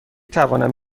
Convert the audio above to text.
توانم